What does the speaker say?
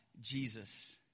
Jesus